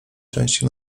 części